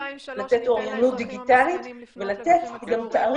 המדינה צריכה להיות אחראית לתת אוריינות דיגיטלית ולתת תאריך